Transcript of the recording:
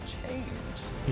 changed